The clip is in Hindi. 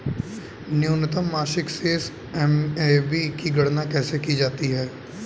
न्यूनतम मासिक शेष एम.ए.बी की गणना कैसे की जाती है?